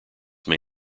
may